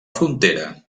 frontera